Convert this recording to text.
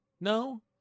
No